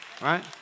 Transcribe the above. Right